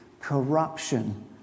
corruption